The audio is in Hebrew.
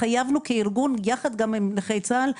כארגון גם יחד עם נכי צה"ל,